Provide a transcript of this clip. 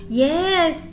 yes